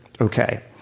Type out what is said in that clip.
okay